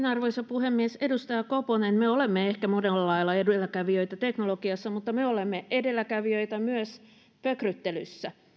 arvoisa puhemies edustaja koponen me olemme ehkä monella lailla edelläkävijöitä teknologiassa mutta me olemme edelläkävijöitä myös pökryttelyssä